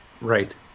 Right